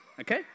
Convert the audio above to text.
Okay